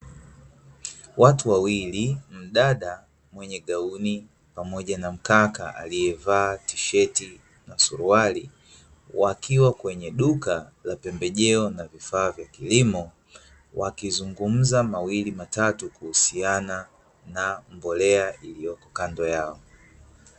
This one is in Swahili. Watu wawili mdada mwenye gauni pamoja na mkaka aliyevaa tisheti na suruali wakiwa kwenye duka la pembejeo na vifaa vya kilimo, wakizungumza mawili matatu kuhusiana na mbolea iliyoko kando yao.